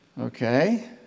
Okay